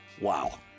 wow